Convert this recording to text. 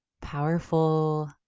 powerful